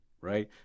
right